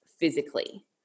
physically